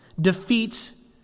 defeats